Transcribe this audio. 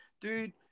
dude